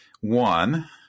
One